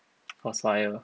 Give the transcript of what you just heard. Crossfire